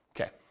Okay